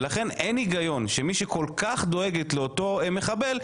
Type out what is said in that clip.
לכן אין הגיון שמי שכל כך דואגת לאותו מחבל,